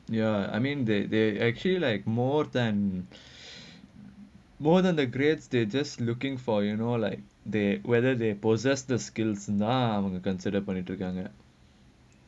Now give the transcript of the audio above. ya I mean that they actually like feel like more time more than the grades they're just looking for you know like the whether they possess the skills